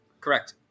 Correct